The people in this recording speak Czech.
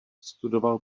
studoval